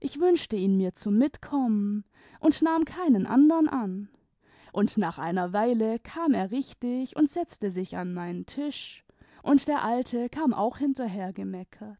ich wünschte ihn mir zum mitkommen und nahm keinen anderen an und nach einer weile kam er richtig und setzte sich an meinen tisch und der alte kam auch hinterher gemeckert